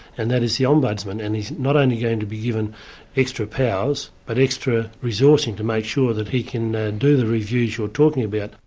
and that is the ombudsman, and he's not only going to be given extra powers, but extra resourcing to make sure that he can do the reviews you're talking about.